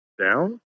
down